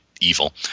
evil